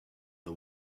the